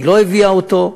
היא לא הביאה אותו,